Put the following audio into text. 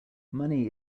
money